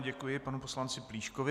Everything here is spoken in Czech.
Děkuji panu poslanci Plíškovi.